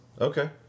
Okay